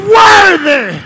worthy